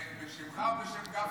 זה בשמך או בשם גפני?